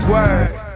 Word